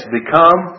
become